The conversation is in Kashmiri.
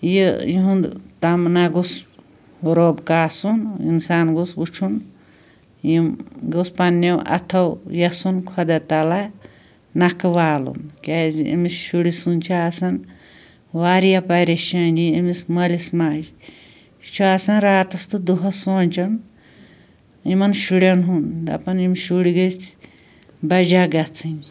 یہِ یہنٛد تمنا گوٚژھ روٚب کاسُن انسان گوٚژھ وُچھُن یم گٔژھۍ پَننیٛو اَتھوٚو یَژھُن خۄدا تعالیٰ نَکھہٕ والُن کیٛازِ أمس شُرۍ سٕنٛز چھِ آسان واریاہ پریشٲنی أمس مٲلِس ماجہِ یہِ چھُ آسان راتَس تہٕ دۄہَس سونٛچان یمن شُریٚن ہُنٛد دپان یِم شُرۍ گٔژھۍ بجا گَژھٕنۍ